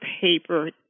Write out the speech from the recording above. paper